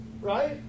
right